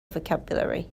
vocabulary